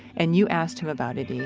and you asked him about it, e